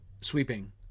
sweeping